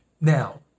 Now